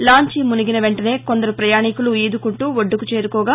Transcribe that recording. లాంచీ మునిగిన వెంటనే కొందరు పయాణీకులు ఈదుకుంటూ ఒడ్లుకు చేరుకోగా